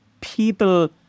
people